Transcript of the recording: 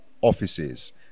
offices